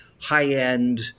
high-end